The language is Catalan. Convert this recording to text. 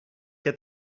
què